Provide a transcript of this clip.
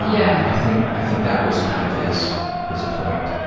yeah i think i think that was kind of his his point.